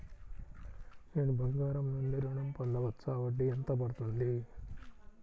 నేను బంగారం నుండి ఋణం పొందవచ్చా? వడ్డీ ఎంత పడుతుంది?